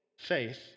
faith